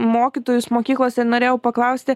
mokytojus mokyklose norėjau paklausti